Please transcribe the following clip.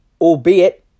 albeit